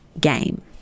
game